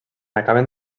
acaben